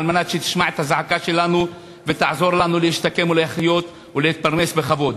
על מנת שתשמע את הזעקה שלנו ותעזור לנו להשתקם ולחיות ולהתפרנס בכבוד,